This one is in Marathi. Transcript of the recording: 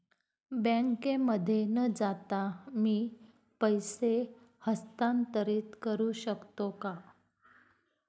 बँकेमध्ये न जाता मी पैसे हस्तांतरित करू शकतो का?